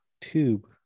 Tube